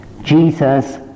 Jesus